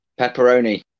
pepperoni